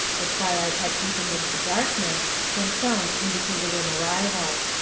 the twilight had deepened into darkness, when sounds indicated an arrival.